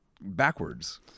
backwards